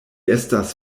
estas